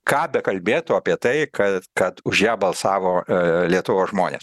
ką bekalbėtų apie tai kad kad už ją balsavo lietuvos žmonės